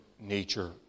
nature